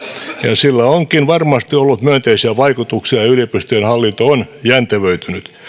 ja sillä onkin varmasti ollut myönteisiä vaikutuksia yliopistojen hallinto on jäntevöitynyt